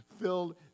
filled